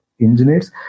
engineers